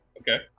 Okay